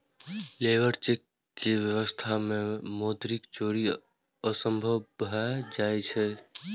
labour cheque के व्यवस्था मे मौद्रिक चोरी असंभव भए जाइ छै